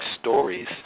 stories –